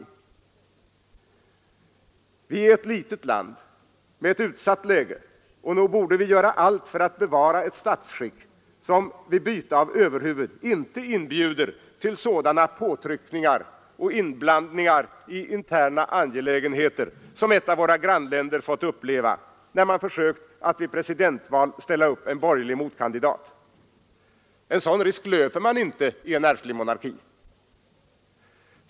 Sverige är ett litet land med ett utsatt läge, och nog borde vi göra allt för att bevara ett statsskick som vid byte av överhuvud inte inbjuder till sådana påtryckningar och inblandningar i interna angelägenheter som ett av våra grannländer fått uppleva när man försökt att i presidentval ställa upp en borgerlig motkandidat. En sådan risk löper man inte i en ärftlig monarki.